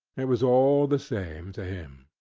it was all the same to him.